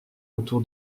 autour